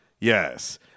Yes